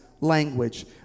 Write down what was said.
language